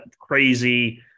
crazy